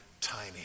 tiny